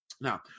Now